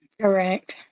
Correct